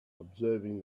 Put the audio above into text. observing